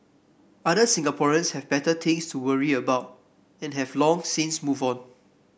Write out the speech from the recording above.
other Singaporeans have better things to worry about and have long since moved on